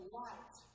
light